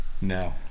No